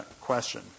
question